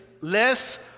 less